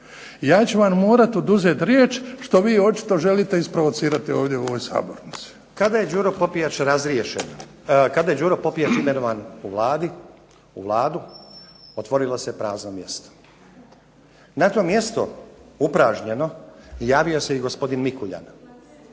ja ću vam morati oduzeti riječ što vi očito želite isprovocirati ovdje u ovoj sabornici. **Stazić, Nenad (SDP)** Kada je Đuro Popijač razriješen, kada je Đuro Popijač imenovan u Vladu otvorilo se prazno mjesto. Na to mjesto upražnjeno javio se i gospodin Mikuljan